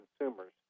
consumers